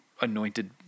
anointed